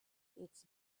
its